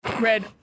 red